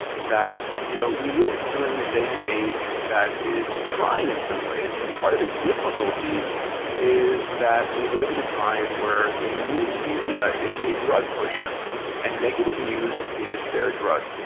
that you know we live during a day and age that is trying in some ways. and part of the difficulty is that we live in a time where the news media is a drug pusher and negative news is their drug.